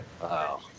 Wow